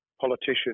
politician